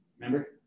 remember